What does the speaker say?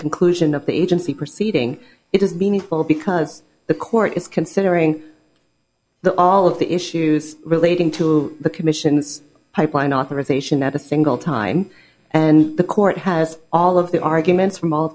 conclusion of the agency proceeding it is meaningful because the court is considering that all of the issues relating to the commission's pipeline authorization that a single time and the court has all of the arguments from all